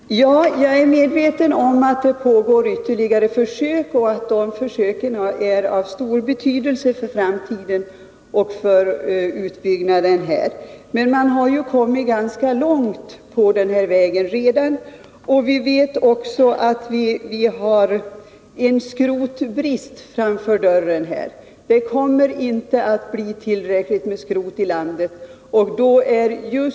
Herr talman! Jag är medveten om att det pågår ytterligare försök och att de försöken är av stor betydelse för framtiden och för utbyggnaden. Men man har ju redan kommit ganska långt på den vägen! Vidare vet vi att vi har en skrotbrist att vänta framöver, då importen av skrot kommer att minska.